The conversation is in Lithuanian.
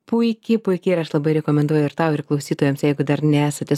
puiki puiki ir aš labai rekomenduoju ir tau ir klausytojams jeigu dar nesate